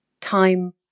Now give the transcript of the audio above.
time